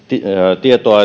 tietoa